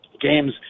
games